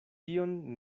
tion